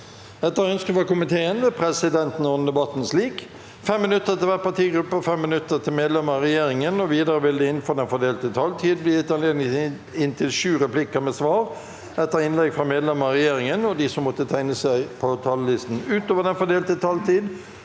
Etter ønske fra næringsko- miteen vil presidenten ordne debatten slik: 3 minutter til hver partigruppe og 3 minutter til medlemmer av regjeringen. Videre vil det – innenfor den fordelte taletid – bli gitt anledning til inntil seks replikker med svar etter innlegg fra medlemmer av regjeringen, og de som måtte tegne seg på talerlisten utover den fordelte taletid,